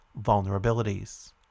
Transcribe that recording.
vulnerabilities